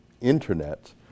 internet